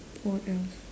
what else